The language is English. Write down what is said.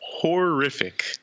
horrific